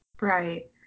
right